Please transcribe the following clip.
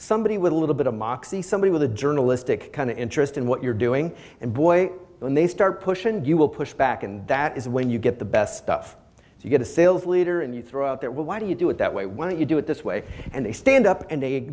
somebody with a little bit of moxie somebody with a journalistic kind of interest in what you're doing and boy then they start pushing and you will push back and that is when you get the best stuff and you get a sales leader and you throw out there why do you do it that way when you do it this way and they stand up and they